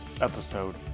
episode